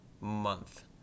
month